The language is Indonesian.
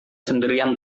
sendirian